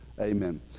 Amen